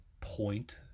point